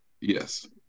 Yes